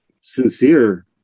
sincere